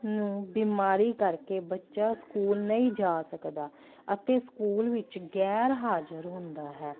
ਨੂੰ ਬਿਮਾਰੀ ਕਰਕੇ ਬੱਚਾ ਸਕੂਲ ਨਹੀਂ ਜਾ ਸਕਦਾ ਅਤੇ ਸਕੂਲ ਵਿੱਚ ਗੈਰ ਹਾਜ਼ਰ ਹੁੰਦਾ ਹੈ